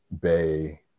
Bay